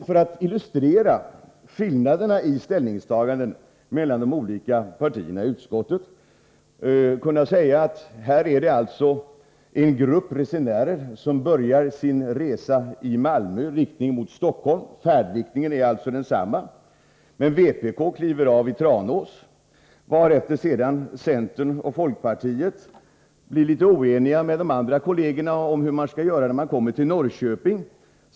För att illustrera skillnaderna i ställningstaganden mellan de olika partierna i utskottet skulle man kunna tänka sig att en grupp resenärer börjar sin resa i Malmö i riktning mot Stockholm. Färdriktningen är alltså densamma, men vpk kliver av i Tranås, varefter centern och folkpartiet blir litet oeniga med de andra kollegerna om vad de skall göra när de kommer till Norrköping.